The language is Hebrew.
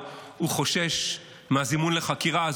הוא חושש מהזימון לחקירה,